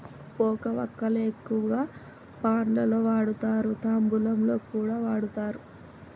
పోక వక్కలు ఎక్కువగా పాన్ లలో వాడుతారు, తాంబూలంలో కూడా వాడుతారు